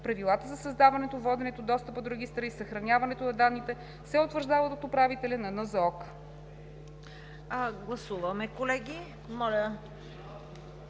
Правилата за създаването, воденето, достъпа до регистъра и съхраняването на данните се утвърждават от управителя на НЗОК.“